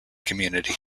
community